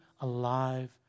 alive